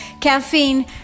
caffeine